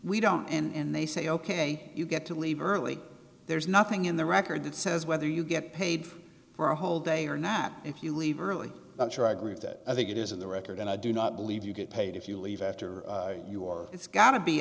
we don't and they say ok you get to leave early there's nothing in the record that says whether you get paid for a whole day or not if you leave early i'm sure i agree with that i think it is in the record and i do not believe you get paid if you leave after you or it's got to be